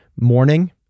morning